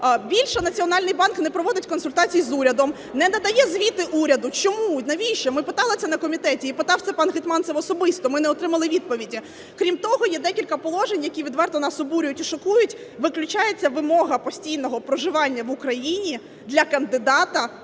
Більше Національний банк не проводить консультації з урядом, не надає звіти уряду. Чому? Навіщо? Ми питали це на комітеті, і питав це пан Гетманцев особисто, ми не отримали відповіді. Крім того, є декілька положень, які відверто нас обурюють і шокують. Виключається вимога постійного проживання в Україні для кандидата